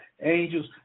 angels